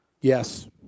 Yes